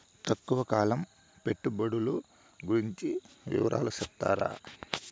తక్కువ కాలం పెట్టుబడులు గురించి వివరాలు సెప్తారా?